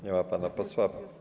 Nie ma pana posła.